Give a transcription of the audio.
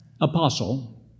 apostle